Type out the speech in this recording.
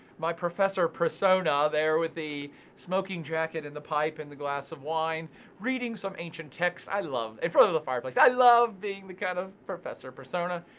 my professor persona there with the smoking jacket and the pipe and the glass of wine reading some ancient text i love in front of the fireplace. i love being the kind of professor persona.